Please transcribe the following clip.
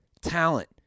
talent